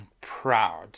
proud